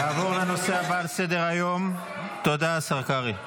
אולי תגיד לנו באיזה סעיף --- תודה, השר קרעי.